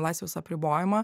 laisvės apribojimą